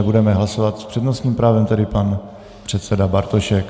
Budeme hlasovat, s přednostním právem tedy pan předseda Bartošek.